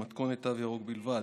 במתכונת תו ירוק בלבד: